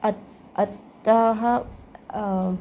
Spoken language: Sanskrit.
अतः अतः